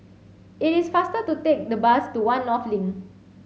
it is faster to take the bus to One North Link